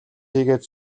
хийгээд